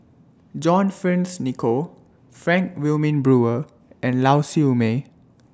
John Fearns Nicoll Frank Wilmin Brewer and Lau Siew Mei